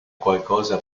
qualcosa